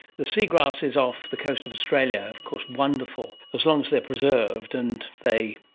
the sea grasses off the coast of australia, of course wonderful, as long as they are preserved and they,